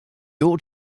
ought